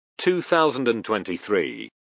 2023